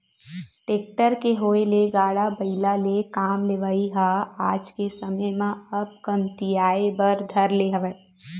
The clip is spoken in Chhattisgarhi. टेक्टर के होय ले गाड़ा बइला ले काम लेवई ह आज के समे म अब कमतियाये बर धर ले हवय